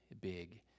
big